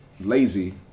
lazy